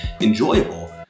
enjoyable